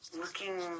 looking